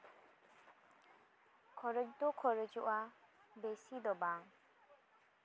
ᱠᱷᱚᱨᱚᱪ ᱫᱚ ᱠᱷᱚᱨᱚᱪᱚᱜᱼᱟ ᱵᱮᱥᱤ ᱫᱚ ᱵᱟᱝ